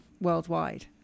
worldwide